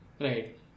Right